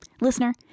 Listener